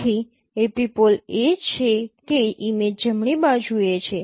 તેથી એપિપોલ એ છે કે ઇમેજ જમણી બાજુએ છે